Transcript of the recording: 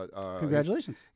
Congratulations